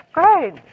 Great